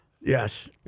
Yes